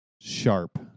sharp